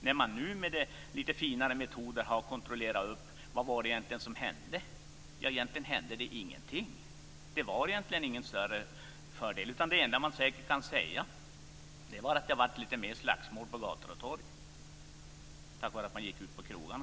När man nu med lite finare metoder har kontrollerat vad som egentligen hände finner man att det egentligen inte hände någonting. Det var egentligen ingen större fördel. Det enda som man säkert kan säga är att det var lite mer slagsmål på gator och torg, eftersom människorna gick ut på krogarna.